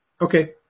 Okay